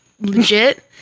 legit